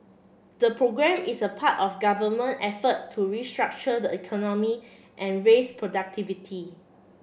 the programme is a part of government effort to restructure the economy and raise productivity